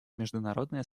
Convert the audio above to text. международная